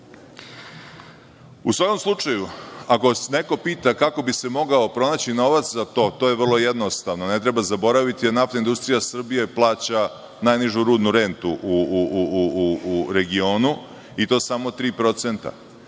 svakom slučaju, ako vas neko pita kako bi se mogao pronaći novac za to. To je vrlo jednostavno. Ne treba zaboraviti da NIS plaća najnižu rudnu rentu u regionu, i to samo 3%.